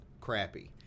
crappy